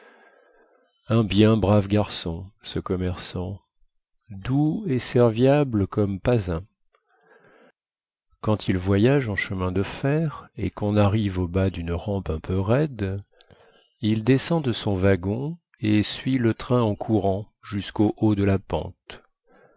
un bien brave garçon ce commerçant doux et serviable comme pas un quand il voyage en chemin de fer et quon arrive au bas dune rampe un peu raide il descend de son wagon et suit le train en courant jusquau haut de la pente